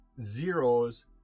zeros